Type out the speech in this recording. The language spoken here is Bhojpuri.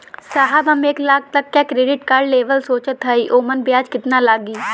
साहब हम एक लाख तक क क्रेडिट कार्ड लेवल सोचत हई ओमन ब्याज कितना लागि?